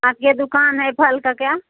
आपकी दुकान है फल की क्या